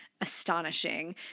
astonishing